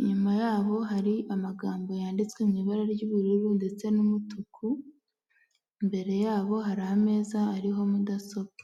inyuma yabo hari amagambo yanditswe mu ibara ry'ubururu ndetse n'umutuku, imbere yabo hari ameza ariho mudasobwa.